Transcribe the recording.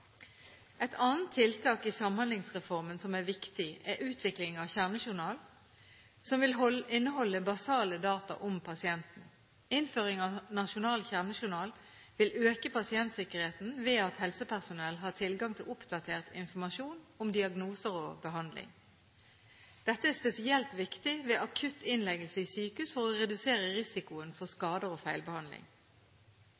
Et annet tiltak i Samhandlingsreformen som er viktig, er utvikling av kjernejournal, som vil inneholde basale data om pasienten. Innføring av nasjonal kjernejournal vil øke pasientsikkerheten ved at helsepersonell har tilgang til oppdatert informasjon om diagnoser og behandling. Dette er spesielt viktig ved akutt innleggelse i sykehus for å redusere risikoen for